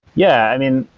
yeah. i mean,